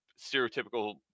stereotypical